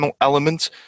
element